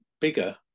bigger